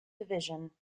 division